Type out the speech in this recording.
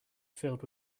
filled